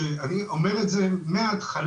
שאני אומר את זה מההתחלה,